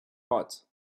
hot